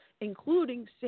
including